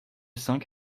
cinq